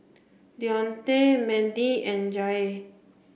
Dionte Mendy and Jair